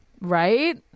Right